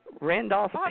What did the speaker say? Randolph